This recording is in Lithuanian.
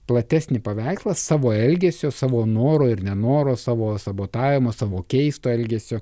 platesnį paveikslą savo elgesio savo noro ir nenoro savo sabotavimo savo keisto elgesio